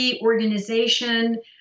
organization